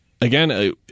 again